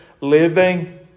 living